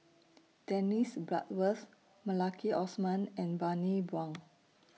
Dennis Bloodworth Maliki Osman and Bani Buang